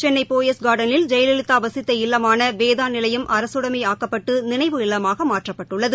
சென்னை போயஸ்காாடனில் ஜெயலலிதா வசித்த இல்லமான வேதா நிலையம் அரசுடைமை ஆக்கப்பட்டு நினைவு இல்லமாக மாற்றப்பட்டுள்ளது